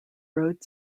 road